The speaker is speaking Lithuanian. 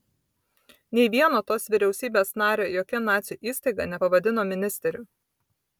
nei vieno tos vyriausybės nario jokia nacių įstaiga nepavadino ministeriu